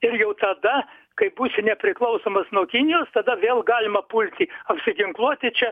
ir jau tada kai būsi nepriklausomas nuo kinijos tada vėl galima pulti apsiginkluoti čia